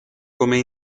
come